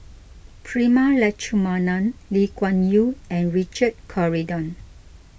Prema Letchumanan Lee Kuan Yew and Richard Corridon